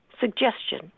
suggestion